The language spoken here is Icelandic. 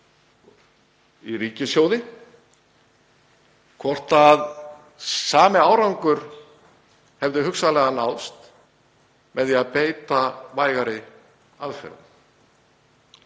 í ríkissjóði, hvort sami árangur hefði hugsanlega náðst með því að beita vægari aðferðum.